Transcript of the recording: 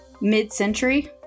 Mid-century